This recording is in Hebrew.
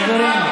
חברים.